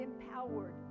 empowered